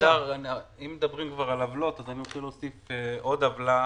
אם מדברים על עוולות, אני רוצה להוסיף עוד עוולה.